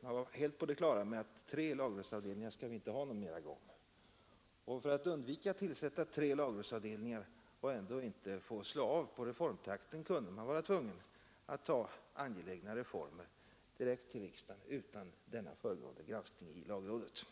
Man var helt på det klara med att tre lagrådsavdelningar skall det inte vara någon mera gång. För att undvika att tillsätta tre lagrådsavdelningar och ändå inte behöva slå av på reformtakten kunde man vara tvungen att ta angelägna reformer direkt till riksdagen utan denna föregående granskning i lagrådet.